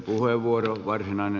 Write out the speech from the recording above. arvoisa puhemies